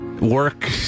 work